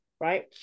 right